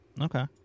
okay